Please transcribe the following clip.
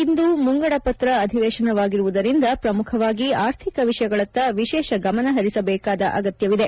ಇದು ಮುಂಗಡಪತ್ರ ಅಧಿವೇಶನವಾಗಿರುವುದರಿಂದ ಪ್ರಮುಖವಾಗಿ ಆರ್ಥಿಕ ವಿಷಯಗಳತ್ತ ವಿಶೇಷ ಗಮನಹರಿಸಬೇಕಾದ ಅಗತ್ಲವಿದೆ